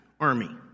Army